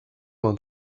vingt